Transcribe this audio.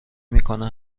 میکنه